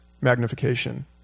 magnification